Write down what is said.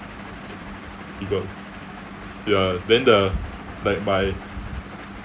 you got ya then the like my